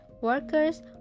workers